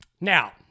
now